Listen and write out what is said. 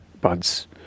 buds